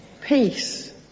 Peace